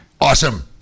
Awesome